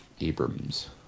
Abrams